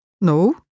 No